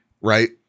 Right